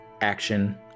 action